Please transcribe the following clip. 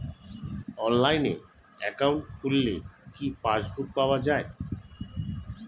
অনলাইনে একাউন্ট খুললে কি পাসবুক পাওয়া যায়?